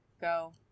go